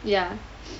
ya